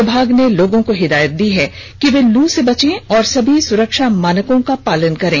विभाग ने लोगों को हिदायत दी है कि वे लू से बचें और सभी सुरक्षा मानको का पालन करें